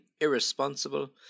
irresponsible